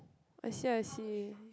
I see I see